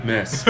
Miss